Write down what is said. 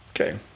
Okay